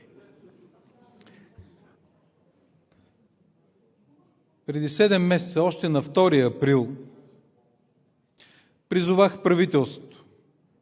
преди седем месеца, още на 2 април, призовах правителството